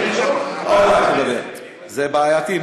זה בעייתי,